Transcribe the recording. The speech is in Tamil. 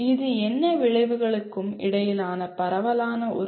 இது எல்லா விளைவுகளுக்கும் இடையிலான பரவலான உறவு